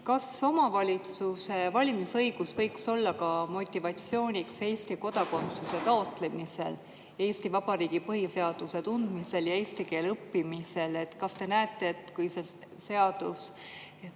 Kas omavalitsuse valimise õigus võiks olla ka motivatsiooniks Eesti kodakondsuse taotlemisel, Eesti Vabariigi põhiseaduse tundma [õppimisel] ja eesti keele õppimisel? Kas te näete, et kui see seadus